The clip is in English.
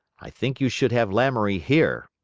i think you should have lamoury here.